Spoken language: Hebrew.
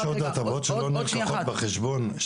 יש עוד הטבות שלא נלקחות בחשבון.